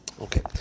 Okay